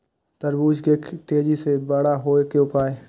तरबूज के तेजी से बड़ा होय के उपाय?